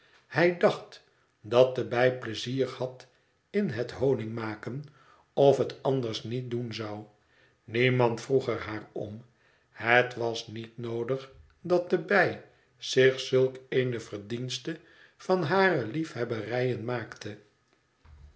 hij dacht dat de bij pleizier had in het honig maken of het anders niet doen zou niemand vroeg er haar om het was niet noodig dat de bij zich zulk eene verdienste van hare liefhebberijen maakte